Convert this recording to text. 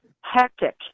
hectic